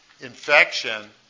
infection